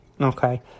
Okay